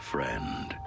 Friend